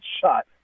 shot